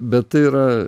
bet tai yra